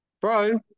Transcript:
Bro